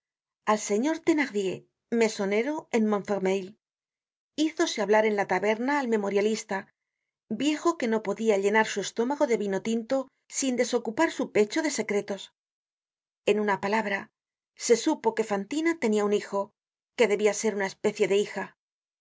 al señor thenardier mesonero en mont fermeil hízose hablar en la taberna al memorialista viejo que no podia llenar su estómago de vino tinto sin desocupar su pecho de secretos en una palabra se supo que fantina tenia un hijo que debia ser una especie de hija